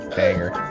banger